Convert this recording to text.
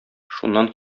шуннан